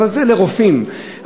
אבל לרופאים,